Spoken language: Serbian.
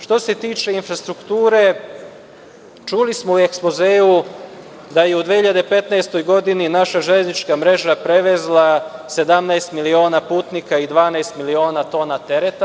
Što se tiče infrastrukture, čuli smo u ekspozeu da je u 2015. godini naša železnička mreža prevezla 17 miliona putnika i 12 miliona tereta.